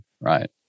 right